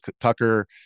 Tucker